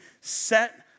set